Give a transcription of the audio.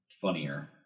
funnier